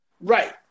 Right